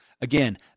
Again